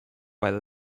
while